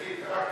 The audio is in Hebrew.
תגיד רק,